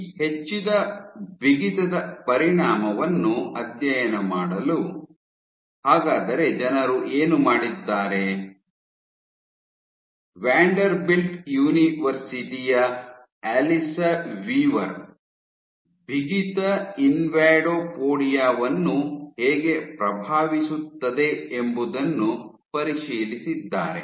ಈ ಹೆಚ್ಚಿದ ಬಿಗಿತದ ಪರಿಣಾಮವನ್ನು ಅಧ್ಯಯನ ಮಾಡಲು ಹಾಗಾದರೆ ಜನರು ಏನು ಮಾಡಿದ್ದಾರೆ ವಾಂಡರ್ಬಿಲ್ಟ್ ವಿಶ್ವವಿದ್ಯಾಲಯ ದ ಅಲಿಸಾ ವೀವರ್ ಬಿಗಿತ ಇನ್ವಾಡೋಪೊಡಿಯಾ ವನ್ನು ಹೇಗೆ ಪ್ರಭಾವಿಸುತ್ತದೆ ಎಂಬುದನ್ನು ಪರಿಶೀಲಿಸಿದ್ದಾರೆ